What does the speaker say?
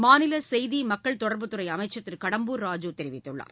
மாநில செய்தி மக்கள் தொடர்புத்துறை அமைச்சர் திரு கடம்பூர் ராஜு தெரிவித்துள்ளார்